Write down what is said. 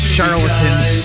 Charlatans